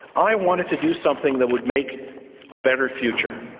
i wanted to do something that would make a better future.